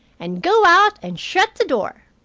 and go out and shut the door.